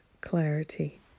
clarity